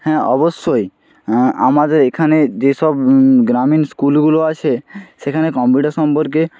হ্যাঁ অবশ্যই আমাদের এখানে যেসব গ্রামীণ স্কুলগুলো আছে সেখানে কম্পিউটার সম্পর্কে